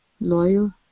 loyal